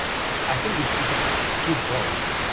i think it's it's a key point,